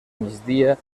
migdia